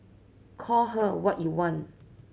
call her what you want